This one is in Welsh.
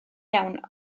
iawn